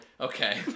Okay